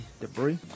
Debris